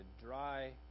dry